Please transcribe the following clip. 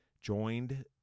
joined